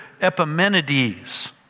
Epimenides